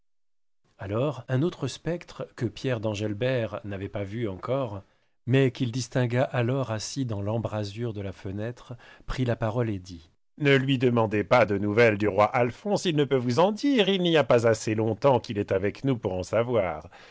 alors un autre spectre que pierre d'engelbert n'avait pas vu encore mais qu'il distingua alors assis dans l'embrasure de sa fenêtre prit la parole et dit ne lui demandez pas de nouvelles du roi alphonse il ne peut vous en dire il n'y a pas assez long-tems qu'il est avec nous pour en savoir